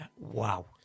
Wow